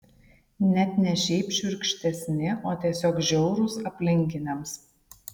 net ne šiaip šiurkštesni o tiesiog žiaurūs aplinkiniams